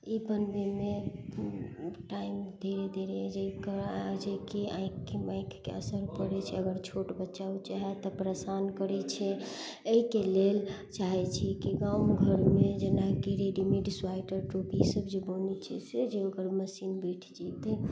ई बनबयमे टाइम धीरे धीरे जकर जेकि आँखि आँखिके असर पड़य छै अगर छोट बच्चा उच्चा है तऽ परेशान करय छै अइके लेल चाहय छी कि गाम घरमे जेनाकि रेडीमेड स्वेटर टोपी सभ जे बनय छै से जे ओकर मशीन बैठ जेतय